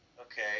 Okay